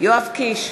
יואב קיש,